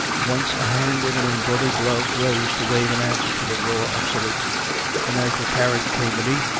once a hand in an embroidered glove rose to wave an answer to the roar of salute and, as the carriage came beneath,